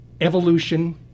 evolution